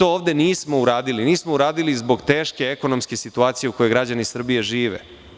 Ovde to nismo uradili, a nismo uradili zbog teške ekonomske situacije u kojoj građani Srbije žive.